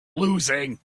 losing